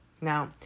Now